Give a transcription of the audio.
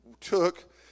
took